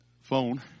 phone